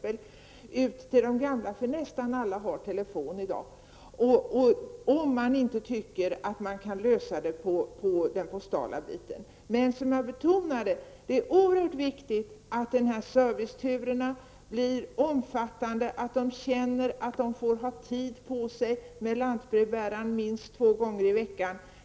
Man kan t.ex. ha dagliga telefonkedjor mellan de gamla -- nästan alla har i dag telefon. Som jag betonade är det oerhört viktigt att serviceturerna blir omfattande och att de gamla känner att de får tid på sig med lantbrevbäraren minst två gånger i veckan.